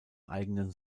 eigenen